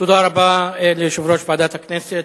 תודה רבה ליושב-ראש ועדת הכנסת.